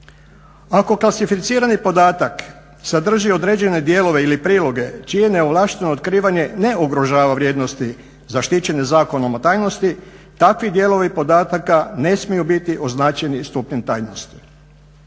Ako klasificirani podatak sadrži određene dijelove ili priloge čije neovlašteno otkrivanje ne ugrožava vrijednosti zaštićene zakonom o tajnosti, takvi dijelovi podataka ne smiju biti označeni stupnjem tajnosti.